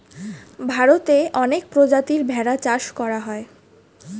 ভারতে অনেক প্রজাতির ভেড়া চাষ করা হয়